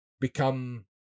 become